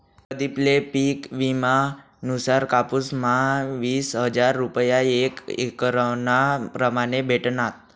प्रदीप ले पिक विमा नुसार कापुस म्हा वीस हजार रूपया एक एकरना प्रमाणे भेटनात